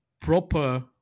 proper